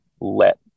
let